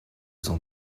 cent